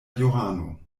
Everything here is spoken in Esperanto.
johano